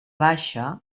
baixa